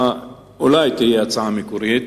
אולי היא תהיה הצעה מקורית,